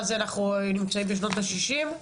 מה זה אנחנו נמצאים בשנות השישים?